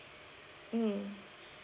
mm